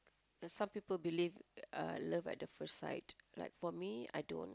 there's some people believe uh love at the first sight like for me I don't